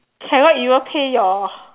cannot even pay your